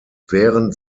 während